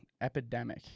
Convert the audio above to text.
epidemic